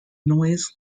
noise